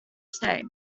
state